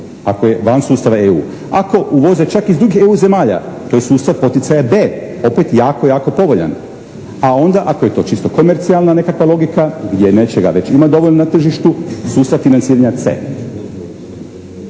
ako je van sustava EU. Ako uvoze čak iz drugih EU zemalja to je sustav poticaja B, opet jako povoljan. A onda ako je to čisto komercijalna nekakva logika gdje nečega već ima dovoljno na tržištu sustav financiranja C.